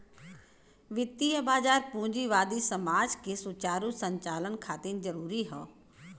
वित्तीय बाजार पूंजीवादी समाज के सुचारू संचालन खातिर जरूरी हौ